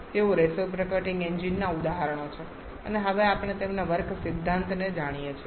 તેઓ રેસીપ્રોકેટીંગ એન્જીનનાં ઉદાહરણો છે અને હવે આપણે તેમના વર્ક સિદ્ધાંતને જાણીએ છીએ